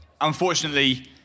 unfortunately